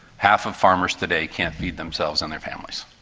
half of farmers today can't feed themselves and their families.